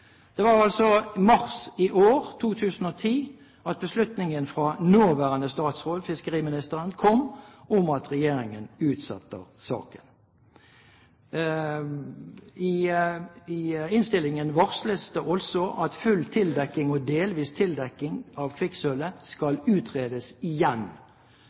Det var altså i mars i år 2010 at beslutningen til nåværende statsråd, fiskeriministeren, kom om at regjeringen utsetter saken. I proposisjonen varsles det også at full tildekking og delvis tildekking av kvikksølvet skal utredes igjen.